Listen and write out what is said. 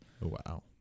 Wow